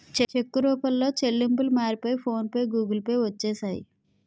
చెక్కు రూపంలో చెల్లింపులు మారిపోయి ఫోన్ పే గూగుల్ పే వచ్చేసాయి